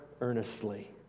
earnestly